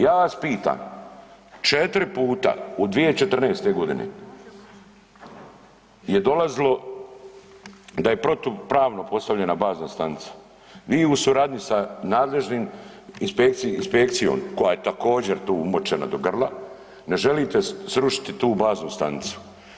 Ja vas pitam, 4 puta u 2014. godini je dolazilo da je protupravno postavljena bazna stanica, vi u suradnji sa nadležnim, inspekcijom koja je također tu umočena do grla ne želite srušiti tu baznu stanicu.